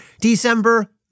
December